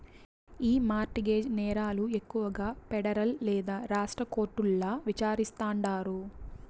ఈ mortgage నేరాలు ఎక్కువగా పెడరల్ లేదా రాష్ట్ర కోర్టుల్ల విచారిస్తాండారు